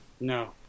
No